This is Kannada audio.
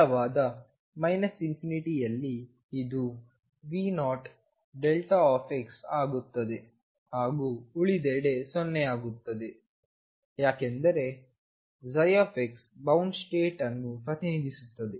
ಆಳವಾದ ∞ ಅಲ್ಲಿ ಇದು V0δ ಆಗುತ್ತದೆ ಹಾಗೂ ಉಳಿದೆಡೆ 0 ಆಗುತ್ತದೆ ಯಾಕೆಂದರೆψ ಬೌಂಡ್ ಸ್ಟೇಟ್ಅನ್ನು ಪ್ರತಿನಿಧಿಸುತ್ತದೆ